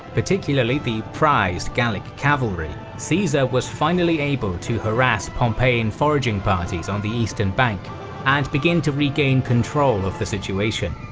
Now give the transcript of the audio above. particularly the prized gallic cavalry, caesar was finally able to harass pompeian foraging parties on the eastern bank and begin to regain control of the situation.